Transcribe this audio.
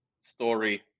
story